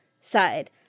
side